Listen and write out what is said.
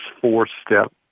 four-step